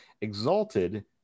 exalted